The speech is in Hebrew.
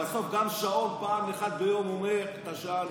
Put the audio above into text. בסוף גם שעון פעם אחת ביום אומר את השעה הנכונה.